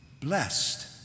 blessed